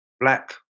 black